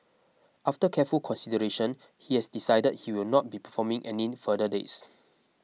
after careful consideration he has decided he will not be performing any further dates